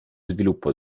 sviluppo